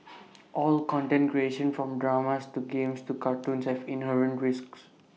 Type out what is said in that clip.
all content creation from dramas to games to cartoons has inherent risks